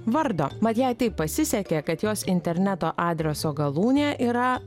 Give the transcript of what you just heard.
vardo mat jai taip pasisekė kad jos interneto adreso galūnė yra